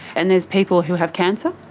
and there's people who have cancer?